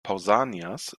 pausanias